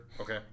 Okay